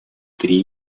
три